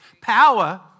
Power